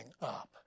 up